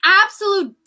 absolute